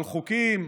על חוקים,